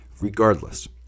Regardless